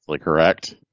correct